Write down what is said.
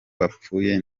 bapfuye